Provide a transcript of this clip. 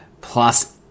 plus